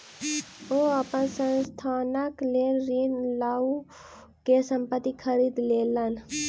ओ अपन संस्थानक लेल ऋण लअ के संपत्ति खरीद लेलैन